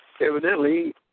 evidently